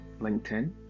LinkedIn